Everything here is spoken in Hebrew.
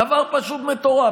דבר פשוט מטורף.